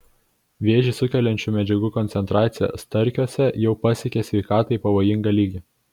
vėžį sukeliančių medžiagų koncentracija starkiuose jau pasiekė sveikatai pavojingą lygį